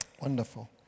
Wonderful